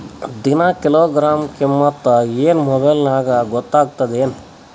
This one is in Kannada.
ದಿನಾ ಕಿಲೋಗ್ರಾಂ ಕಿಮ್ಮತ್ ಏನ್ ಮೊಬೈಲ್ ನ್ಯಾಗ ಗೊತ್ತಾಗತ್ತದೇನು?